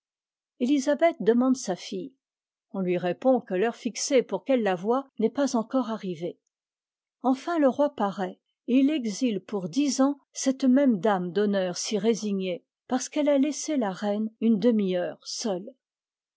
élisabeth demande sa fille on lui répond que l'heure cxéa pour qu'elle la voie n'est pas encore arrivée enfin le roi paraît et il exile pour dix ans cette même dame d'honneur si résignée parce qu'elle a laissé la reine une demi-heure seule